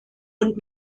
und